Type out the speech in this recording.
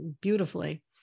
beautifully